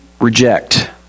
reject